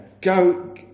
go